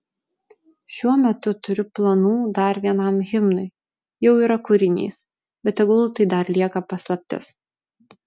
šiuo metu turiu planų dar vienam himnui jau yra kūrinys bet tegul tai dar lieka paslaptis